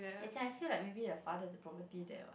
as in I feel like maybe the father has a property there what